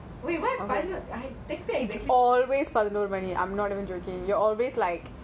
it's always பதின்னுரு மணி:pathunooru mani I'm not even joking you're always like